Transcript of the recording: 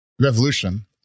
Revolution